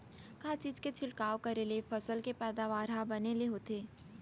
का चीज के छिड़काव करें ले फसल के पैदावार ह बने ले होथे?